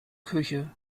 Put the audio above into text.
küche